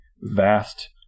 vast